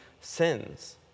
sins